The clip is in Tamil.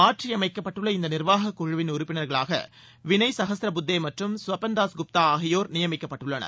மாற்றி அமைக்கப்பட்டுள்ள இந்த நிர்வாக குழுவின் உறுப்பினர்களாக வினய் சஹஸ்ர புத்தே மற்றும் ஸ்வபன் தாஸ்குப்தா ஆகியோர் நியமிக்கப்பட்டுள்ளனர்